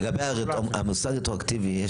לגבי המושג רטרואקטיבי,